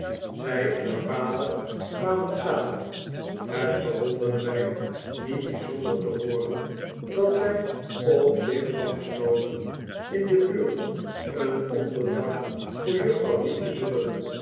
zij en haar vader kwamen samen het verwonderde mij niet bij zonder te hooren dat zij op zich had genomen in de buurt een onderdak voor juffrouw heep te zoeken